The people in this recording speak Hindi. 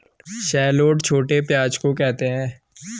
शैलोट छोटे प्याज़ को कहते है